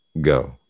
Go